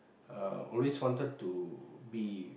uh always wanted to be